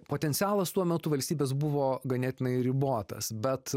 potencialas tuo metu valstybės buvo ganėtinai ribotas bet